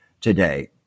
today